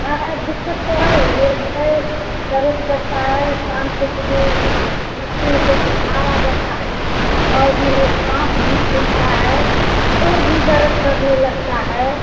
हाँ हाँ दिक्कत तो है मेरा पैर दर्द करता है शाम को मुझे सोती हूँ तो बुखार आ जाता है और यह साँस भी फूलता है सर भी दर्द करने लगता है